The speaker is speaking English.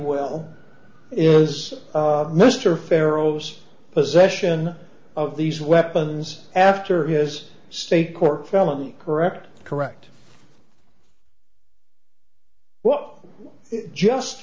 will is mr farrow's possession of these weapons after his state court felony correct correct well just